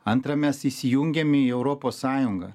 antra mes įsijungėm į europos sąjungą